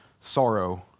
sorrow